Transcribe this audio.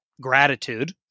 gratitude